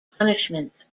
punishments